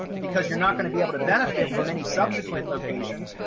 because you're not going to be able to benefit from any subsequent location,